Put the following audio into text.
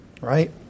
Right